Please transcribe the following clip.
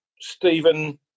Stephen